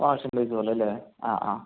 washing place പോലല്ലെ അ ആ